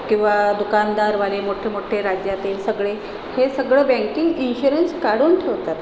किंवा दुकानदारवाले मोठ्ठे मोठ्ठे राज्यातील सगळे हे सगळं बँकिंग इन्श्युरन्स काढून ठेवतात